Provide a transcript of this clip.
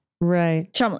Right